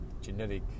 genetic